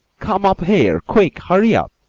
come up here! quick! hurry up!